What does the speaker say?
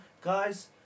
Guys